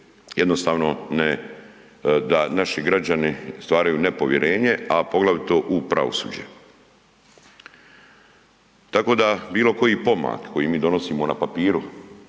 jednostavno ne, da naši građani stvaraju nepovjerenje, a poglavito u pravosuđe. Tako da bilo koji pomak koji mi donosimo na papiru,